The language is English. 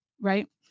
Right